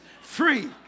Free